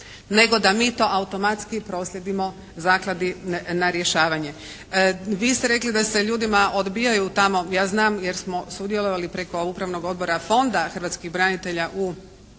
nego da mi to automatski proslijedimo Zakladi na rješavanje. Vi ste rekli da se ljudima odbijaju tamo, ja znam jer smo sudjelovali preko Upravnog odbora Fonda hrvatskih branitelja u donošenju